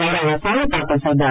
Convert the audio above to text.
நாராயணசாமி தாக்கல் செய்தார்